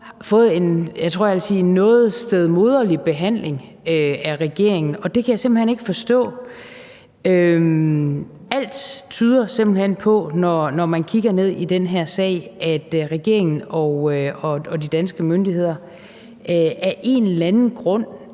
sige, noget stedmoderlig behandling af regeringen, og det kan jeg simpelt hen ikke forstå. Alt tyder på, når man kigger ned i den her sag, at regeringen og de danske myndigheder af en eller anden grund,